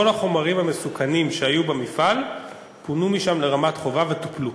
כל החומרים המסוכנים שהיו במפעל פונו משם לרמת-חובב וטופלו.